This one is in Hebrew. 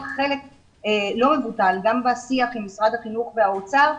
חלק לא מבוטל גם בשיח עם משרד החינוך ומשרד האוצר,